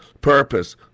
purpose